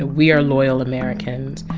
ah we are loyal americans,